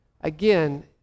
again